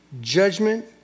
judgment